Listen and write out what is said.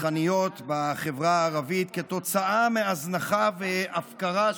הרצחניות בחברה הערבית כתוצאה מהזנחה והפקרה,